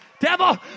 Devil